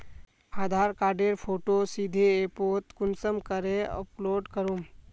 आधार कार्डेर फोटो सीधे ऐपोत कुंसम करे अपलोड करूम?